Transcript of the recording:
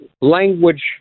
language